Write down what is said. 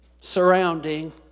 surrounding